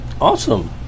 Awesome